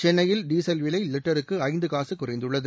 சென்னையில் டீசல் விலை லிட்டருக்கு ஐந்து காசு குறைந்துள்ளது